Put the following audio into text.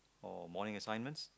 or morning assignments